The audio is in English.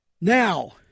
Now